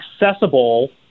accessible